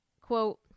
Quote